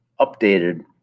updated